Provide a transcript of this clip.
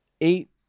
eight